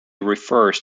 refers